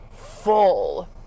full